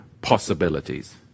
possibilities